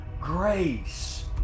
grace